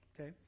Okay